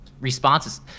responses